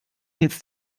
hits